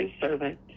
servant